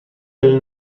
del